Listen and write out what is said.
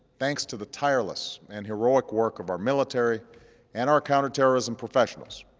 thanks to the tireless and heroic work of our military and our counterterrorism professionals,